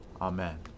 Amen